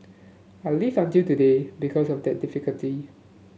I've lived until today because of that difficulty